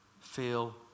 feel